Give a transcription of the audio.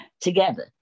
together